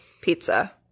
pizza